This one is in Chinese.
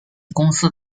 公司